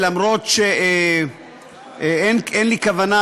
אף שאין לי כוונה,